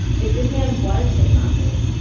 if this man was hitting on me,